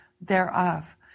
thereof